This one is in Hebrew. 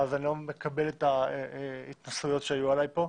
אז אני לא מקבל את ההתנשאויות שהיו עליי פה.